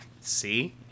See